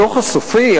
הדוח הסופי,